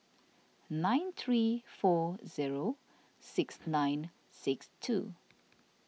nine three four zero six nine six two